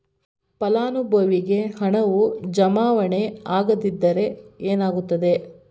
ಫಲಾನುಭವಿಗೆ ಹಣವು ಜಮಾವಣೆ ಆಗದಿದ್ದರೆ ಏನಾಗುತ್ತದೆ?